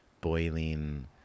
boiling